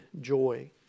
joy